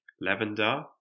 lavender